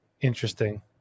interesting